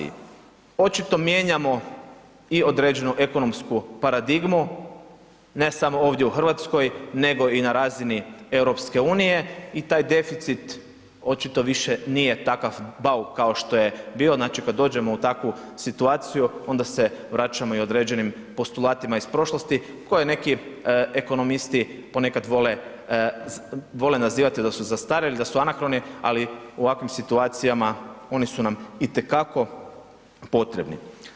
Očito mijenjamo i određenu ekonomsku paradigmu ne samo ovdje u Hrvatskoj nego i na razini EU-a i taj deficit očito više nije takav bauk kao što je bio, znači kad dođemo u takvu situaciju, onda se vraćamo i određenim postulatima iz prošlosti koje neki ekonomisti ponekad vole nazivati da su zastarili, da su anakroni ali u ovakvim situacijama, oni su nam itekako potrebni.